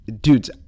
dudes